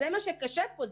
זה מה שקשה פה.